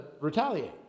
retaliate